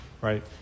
right